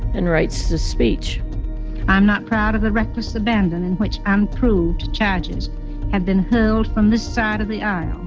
and writes the speech i'm not proud of the reckless abandon in which unproved charges have been hurled from this side of the aisle.